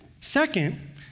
Second